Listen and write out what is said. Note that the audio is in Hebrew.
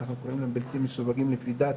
ואנחנו קוראים להם "בלתי מסווגים לפי דת